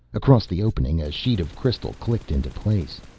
across the opening a sheet of crystal clicked into place.